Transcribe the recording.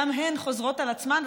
גם הן חוזרות על עצמן,